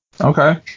Okay